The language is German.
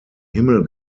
himmel